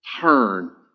turn